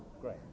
Great